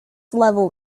level